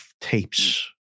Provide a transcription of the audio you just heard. tapes